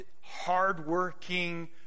hardworking